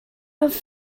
eich